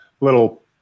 little